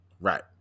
right